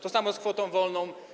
To samo z kwotą wolną.